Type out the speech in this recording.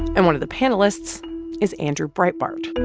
and one of the panelists is andrew breitbart,